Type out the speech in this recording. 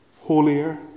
holier